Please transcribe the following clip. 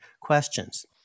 questions